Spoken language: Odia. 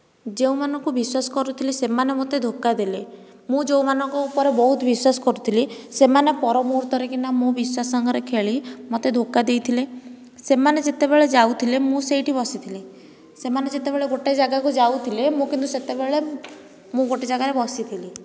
ଯେଉଁମାନଙ୍କୁ ବିଶ୍ୱାସ କରୁଥିଲି ସେମାନେ ମୋତେ ଧୋକା ଦେଲେ ମୁଁ ଯେଉଁମାନଙ୍କ ଉପରେ ବହୁତ ବିଶ୍ୱାସ କରୁଥିଲି ସେମାନେ ପର ମୁହୂର୍ତ୍ତରେ କିନା ମୋ ବିଶ୍ୱାସ ସହିତ ଖେଳି ମୋତେ ଧୋକା ଦେଇଥିଲେ ସେମାନେ ଯେତବେଳେ ଯାଉଥିଲେ ମୁଁ ସେହିଠି ବସିଥିଲି ସେମାନେ ଯେତେବେଳେ ଗୋଟିଏ ଜାଗାକୁ ଯାଉଥିଲେ ମୁଁ କିନ୍ତୁ ସେତେବେଳେ ମୁଁ ଗୋଟିଏ ଜାଗାରେ ବସିଥିଲି